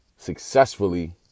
successfully